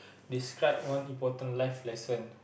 describe one important life lesson